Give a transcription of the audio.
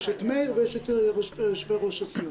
יש את מאיר ויש את יושבי ראש הסיעות,